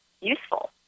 useful